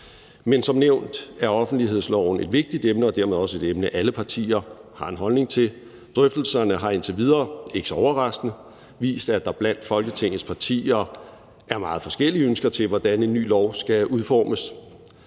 men som nævnt er offentlighedsloven et vigtigt emne og dermed også et emne, alle partier har en holdning til. Drøftelserne har indtil videre, ikke så overraskende, vist, at der blandt Folketingets partier er meget forskellige ønsker til, hvordan ny lov skal udformes.